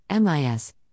MIS